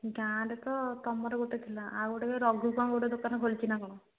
ଗାଁରେ ତୁମର ଗୋଟେ ଥିଲା ଆଉ ଗୋଟେ ରଘୁ କ'ଣ ଗୋଟେ ଦୋକାନ ଖୋଲିଛି ନା କ'ଣ